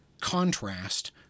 contrast